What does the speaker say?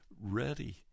ready